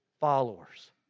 followers